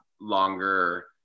longer